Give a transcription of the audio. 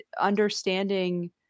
understanding